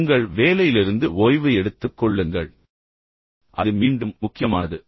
உங்கள் வேலையிலிருந்து ஓய்வு எடுத்துக் கொள்ளுங்கள் அது மீண்டும் முக்கியமானது